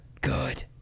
Good